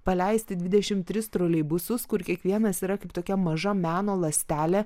paleisti dvidešimt tris troleibusus kur kiekvienas yra kaip tokia maža meno ląstelė